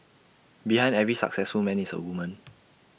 behind every successful man is A woman